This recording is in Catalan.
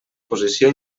posició